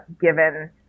given